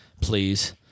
Please